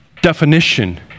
definition